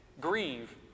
Grieve